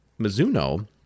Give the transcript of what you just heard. Mizuno